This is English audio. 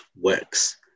works